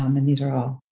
um and these are all